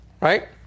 Right